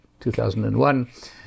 2001